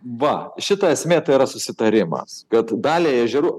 va šita esmė tai yra susitarimas kad daliai ežerų